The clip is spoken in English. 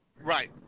Right